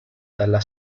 dalla